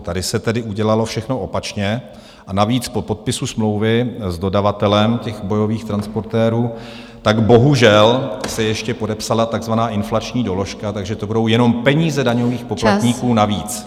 Tady se udělalo všechno opačně, a navíc po podpisu smlouvy s dodavatelem bojových transportérů bohužel se ještě podepsala takzvaná inflační doložka, takže to budou jenom peníze daňových poplatníků navíc.